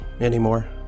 anymore